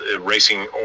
racing